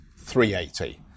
380